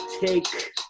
take